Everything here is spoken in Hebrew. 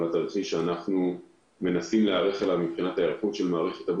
אבל התרחיש שאנחנו מנסים להיערך עליו במערכת הבריאות